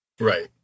Right